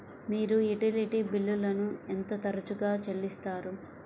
మీరు యుటిలిటీ బిల్లులను ఎంత తరచుగా చెల్లిస్తారు?